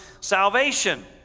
salvation